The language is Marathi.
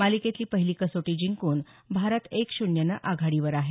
मालिकेतली पहिली कसोटी जिंकून भारत एक शून्यनं आघाडीवर आहे